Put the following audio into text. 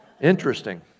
Interesting